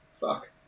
fuck